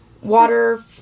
Water